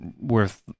worth